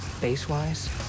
Base-wise